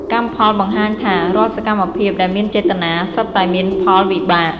កម្មផលបង្ហាញថា រាល់សកម្មភាពដែលមានចេតនា សុទ្ធតែមានផលវិបាក។